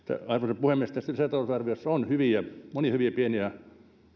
arvoisa puhemies tässä lisätalousarviossa on monia hyviä pieniä